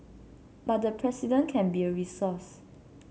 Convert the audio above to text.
but the President can be a resource